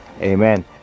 Amen